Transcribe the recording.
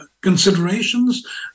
considerations